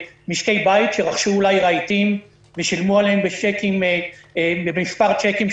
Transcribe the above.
מדובר במשקי בית שרכשו אולי רהיטים ושילמו עליהם במספר צ'קים,